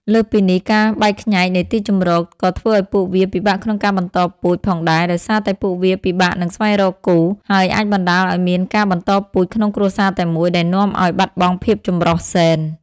លើសពីនេះ ការបែកខ្ញែកនៃទីជម្រកក៏ធ្វើឲ្យពួកវា ពិបាកក្នុងការបន្តពូជ ផងដែរ ដោយសារតែពួកវាពិបាកនឹងស្វែងរកគូ ហើយអាចបណ្តាលឲ្យមានការបន្តពូជក្នុងគ្រួសារតែមួយ ដែលនាំឲ្យបាត់បង់ភាពចម្រុះហ្សែន។